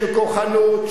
של כוחנות,